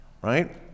Right